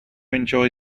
enjoy